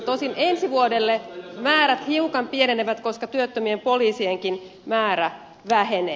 tosin ensi vuodelle määrät hiukan pienenevät koska työttömien poliisienkin määrä vähenee